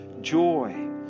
joy